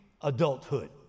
adulthood